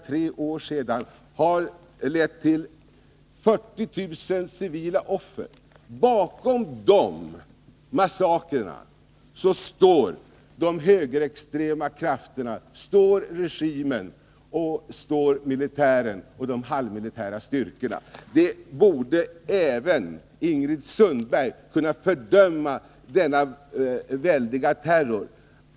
Dessa massakrer och förföljelsen i övrigt har krävt närmare 40 000 civila offer efter militärkuppen. Denna väldiga terror borde även Ingrid Sundberg kunna fördöma.